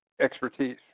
expertise